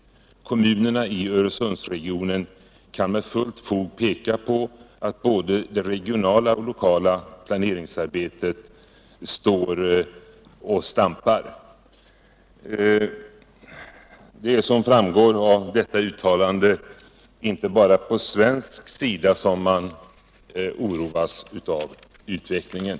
Kommunerna i Öresundsregionen kan med fullt fog peka på att både det regionala och lokala planeringsarbetet står Nr 106 och stampar —-—-=—. Torsdagen den Som framgår av detta uttalande är det inte bara på svensk sida som man 24 oktober 1974 oroas av utvecklingen.